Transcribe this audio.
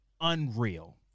Unreal